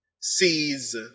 sees